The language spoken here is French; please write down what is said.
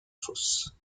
fosse